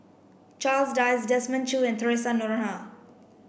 Charles Dyce Desmond Choo and Theresa Noronha